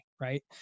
Right